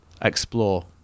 explore